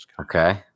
Okay